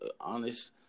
honest